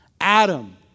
Adam